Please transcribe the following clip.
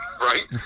Right